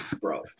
Bro